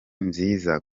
nziza